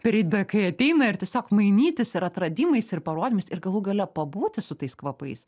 periodą kai ateina ir tiesiog mainytis ir atradimais ir parodymais ir galų gale pabūti su tais kvapais